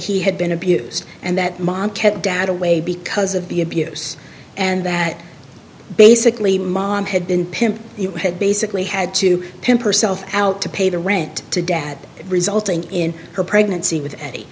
he had been abused and that mom kept dad away because of the abuse and that basically mom had been pimp had basically had to pimp or self out to pay the rent to dad resulting in her pregnancy with eddie